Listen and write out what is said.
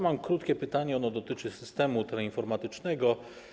Mam krótkie pytanie, ono dotyczy systemu teleinformatycznego.